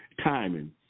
timing